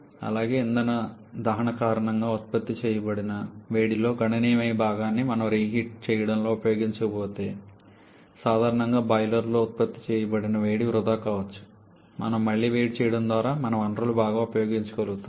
అలాగే ఇంధన దహన కారణంగా ఉత్పత్తి చేయబడిన వేడిలో గణనీయమైన భాగాన్ని మనం రీహీట్ చేయడంలో ఉపయోగించకపోతే సాధారణంగా బాయిలర్లో ఉత్పత్తి చేయబడిన వేడి వృధా కావచ్చు కాబట్టి మనము మళ్లీ వేడి చేయడం ద్వారా మన వనరులను బాగా ఉపయోగించుకోగలుగుతాము